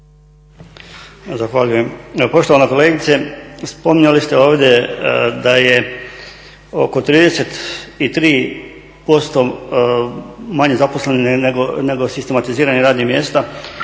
Zahvaljujem. Poštovana kolegice, spominjali ste ovdje da je oko 33% manje zaposlenih nego sistematiziranjem radnih mjesta